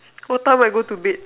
what time I go to bed